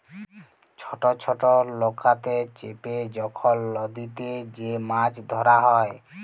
ছট ছট লকাতে চেপে যখল লদীতে যে মাছ ধ্যরা হ্যয়